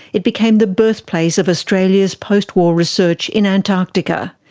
it became the birthplace of australia's post-war research in antarctica.